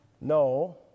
No